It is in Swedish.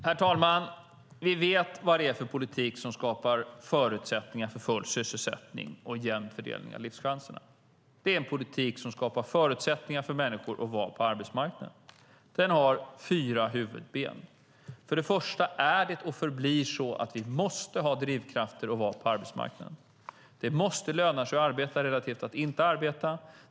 Herr talman! Vi vet vad det är för politik som skapar förutsättningar för full sysselsättning och jämn fördelning av livschanserna. Det är en politik som skapar förutsättningar för människor att vara på arbetsmarknaden. Den har fyra huvudben. Det första är att det och förblir så att vi måste ha drivkrafter att vara på arbetsmarknaden. Det måste löna sig att arbeta relativt att inte arbeta.